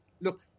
look